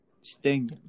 sting